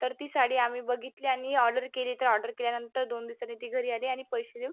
तर ती साडी आम्ही बघितली आणि ऑर्डर केली तर ऑर्डर केल्यानंतर दोन दिवसांनी ती घरी आली आणि पैसे देऊ